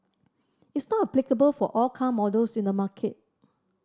it's not applicable for all car models in the market